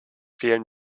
vielen